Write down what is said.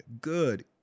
good